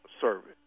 service